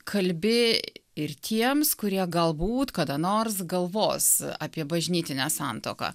kalbi ir tiems kurie galbūt kada nors galvos apie bažnytinę santuoką